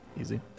Easy